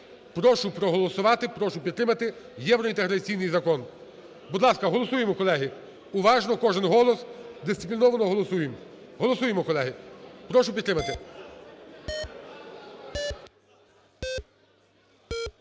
Прошу проголосувати, прошу підтримати євроінтеграційний закон. Будь ласка, голосуємо, колеги, уважно, кожен голос, дисципліновано голосуємо. Голосуємо, колеги, прошу підтримати.